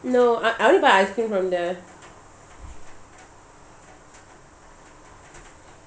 no I I only buy ice cream from there